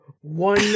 one